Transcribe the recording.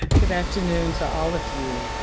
good afternoon to all of you.